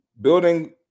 building